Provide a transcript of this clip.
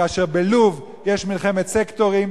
כאשר בלוב יש מלחמת סקטורים,